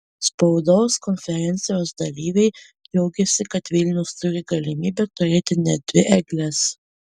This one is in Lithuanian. spaudos konferencijos dalyviai džiaugėsi kad vilnius turi galimybę turėti net dvi egles